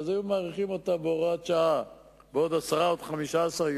היה אפשר להאריך אותה בהוראת שעה בעוד 10 15 יום,